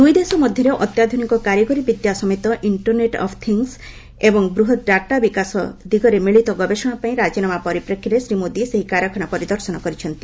ଦୁଇ ଦେଶ ମଧ୍ୟରେ ଅତ୍ୟାଧୁନିକ କାରିଗରି ବିଦ୍ୟା ସମେତ ଇଣ୍ଟରନେଟ୍ ଅଫ୍ ଥିଙ୍ଗ୍ସ୍ ଏବଂ ବୃହତ୍ ଡାଟା ବିକାଶ ଦିଗରେ ମିଳିତ ଗବେଷଣା ପାଇଁ ରାଜିନାମା ପରିପ୍ରେକ୍ଷୀରେ ଶ୍ରୀ ମୋଦି ସେହି କାରଖାନା ପରିଦର୍ଶନ କରିଛନ୍ତି